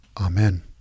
Amen